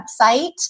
website